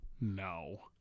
No